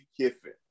Kiffin